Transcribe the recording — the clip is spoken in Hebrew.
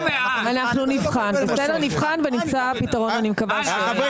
אנחנו נבחן ונמצא פתרון, אני מקווה ש --- בסדר.